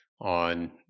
on